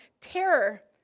terror